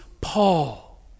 Paul